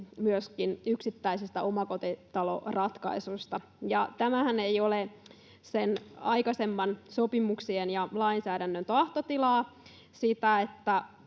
myöskin yksittäisistä omakotitaloratkaisuista. Tämähän ei ole aikaisempien sopimuksien ja lainsäädännön tahtotila, että